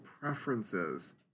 preferences